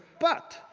but.